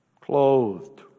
Clothed